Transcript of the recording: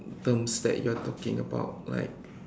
terms that you are talking about like